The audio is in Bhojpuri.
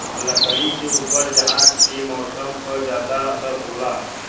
लकड़ी के ऊपर उहाँ के मौसम क जादा असर होला